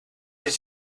did